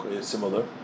similar